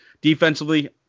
defensively